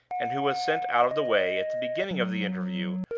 and who was sent out of the way, at the beginning of the interview,